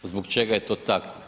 Zbog čega je to tako?